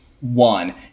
one